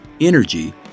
energy